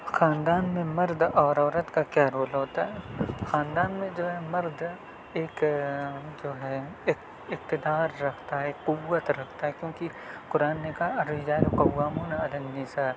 خاندان میں مرد اور عورت کا کیا رول ہوتا ہے خاندان میں جو ہے مرد ایک جو ہے اقتدار رکھتا ہے قوت رکھتا ہے کیونکہ قرآن نے کہا الرجال قوامون علی النساء